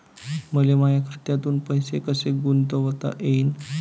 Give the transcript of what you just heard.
मले माया खात्यातून पैसे कसे गुंतवता येईन?